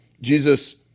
Jesus